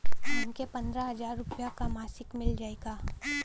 हमके पन्द्रह हजार रूपया क मासिक मिल जाई का?